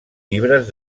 llibres